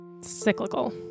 Cyclical